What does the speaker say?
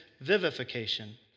vivification